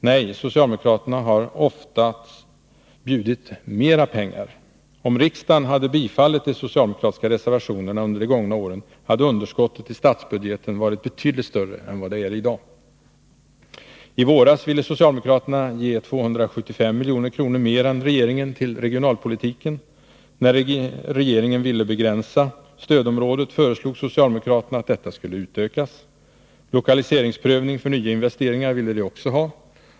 Nej, socialdemokraterna har oftast bjudit mer pengar. Om riksdagen hade bifallit de socialdemokratiska reservationerna under de gångna åren, hade underskottet i statsbudgeten varit betydligt större än vad det är i dag. I våras ville socialdemokraterna ge 275 milj.kr. mer än regeringen till regionalpolitiken. När regeringen ville begränsa stödområdet, föreslog socialdemokraterna att detta skulle utökas. Lokaliseringsprövning för nya investeringar ville de också ha.